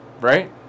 Right